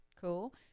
Cool